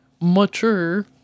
mature